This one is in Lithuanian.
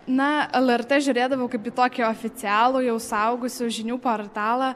na lrt žiūrėdavau kaip į tokį oficialų jau suaugusių žinių portalą